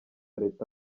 leta